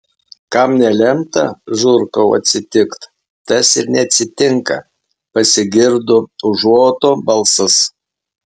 kam nelemta žurkau atsitikt tas ir neatsitinka pasigirdo užuoto balsas